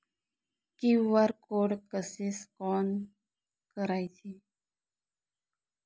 QR code कसे scan करायचे?